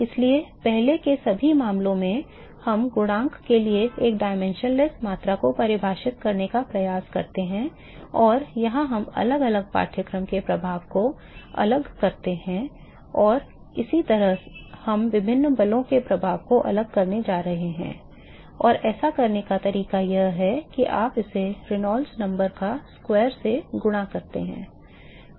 इसलिए पहले के सभी मामलों में हम गुणांक के लिए एक आयामहीन मात्रा को परिभाषित करने का प्रयास करते हैं और यहां हम अलग अलग पाठ्यक्रम के प्रभाव को अलग करते हैं और इसी तरह हम विभिन्न बलों के प्रभाव को अलग करने जा रहे हैं और ऐसा करने का तरीका यह है कि आप इसे रेनॉल्ड्स संख्या का वर्ग से गुणा करते हैं